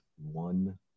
one